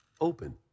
open